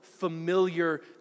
familiar